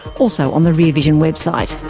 also on the rear vision website.